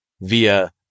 via